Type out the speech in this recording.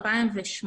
2018